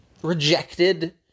rejected